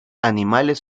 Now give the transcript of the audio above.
animales